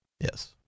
Yes